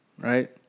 right